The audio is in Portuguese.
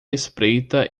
espreita